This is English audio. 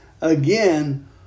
again